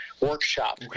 workshop